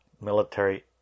military